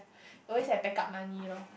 always have back up money lor